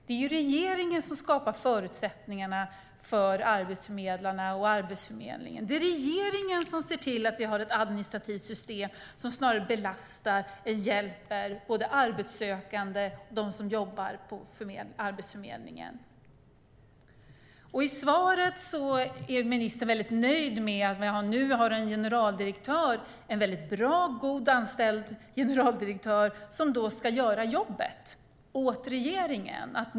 Det är regeringen som skapar förutsättningarna för arbetsförmedlarna och Arbetsförmedlingen. Det är regeringen som ser till att vi har ett administrativt system som snarare belastar än hjälper både de arbetssökande och dem som jobbar på Arbetsförmedlingen. I svaret låter ministern väldigt nöjd med att vi nu har en väldigt bra generaldirektör som ska göra jobbet åt regeringen.